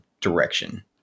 direction